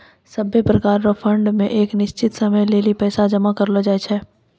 सभै प्रकार रो फंड मे एक निश्चित समय लेली पैसा जमा करलो जाय छै